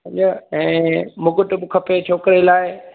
सम्झ ऐं मुकुट बि खपे छोकिरे लाइ